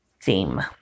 theme